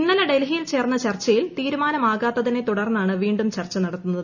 ഇന്നലെ ഡൽഹിയിൽ ചേർന്ന ചർച്ചയിൽ തീരുമാനമാകാത്തിനെ തുടർന്നാണ് വീണ്ടും ചർച്ച നടത്തുന്നത്